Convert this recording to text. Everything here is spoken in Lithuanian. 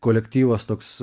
kolektyvas toks